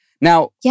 Now